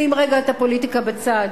שים רגע את הפוליטיקה בצד.